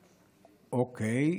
אוקיי.